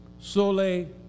Sole